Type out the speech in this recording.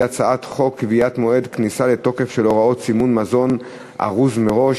הצעת חוק קביעת מועד כניסה לתוקף של הוראות סימון מזון ארוז מראש,